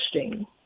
interesting